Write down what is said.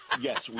yes